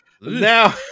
Now